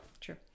true